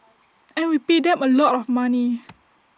and we pay them A lot of money